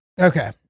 okay